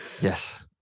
Yes